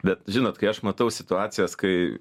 bet žinot kai aš matau situacijas kai